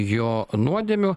jo nuodėmių